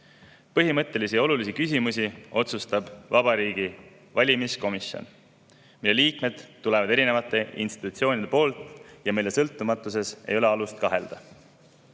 Põhimõttelisi ja olulisi küsimusi otsustab Vabariigi Valimiskomisjon, mille liikmed tulevad erinevatest institutsioonidest ja mille sõltumatuses ei ole alust kahelda.